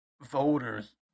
voters